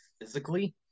physically